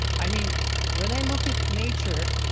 i mean when i look at nature,